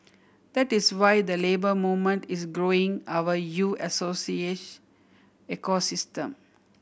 that is why the Labour Movement is growing our U Associate ecosystem